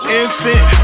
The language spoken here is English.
infant